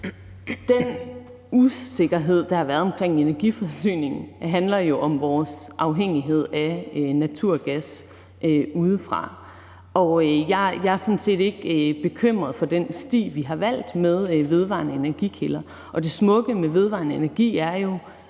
Den usikkerhed, der har været omkring energiforsyningen, handler jo om vores afhængighed af naturgas udefra. Og jeg er sådan set ikke bekymret i forhold til den sti, vi har valgt, med vedvarende energikilder, og det smukke ved vedvarende energi er jo,